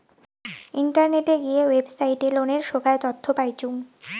ইন্টারনেটে গিয়ে ওয়েবসাইটে লোনের সোগায় তথ্য পাইচুঙ